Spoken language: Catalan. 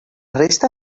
resta